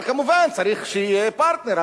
אבל כמובן צריך שיהיה פרטנר.